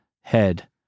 head